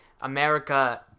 america